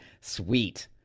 sweet